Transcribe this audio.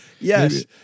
yes